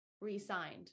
re-signed